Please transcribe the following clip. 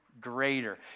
greater